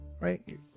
right